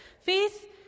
Faith